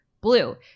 Blue